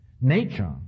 Nature